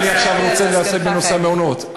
עכשיו אני רוצה לעסוק בנושא המעונות.